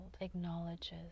acknowledges